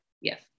yes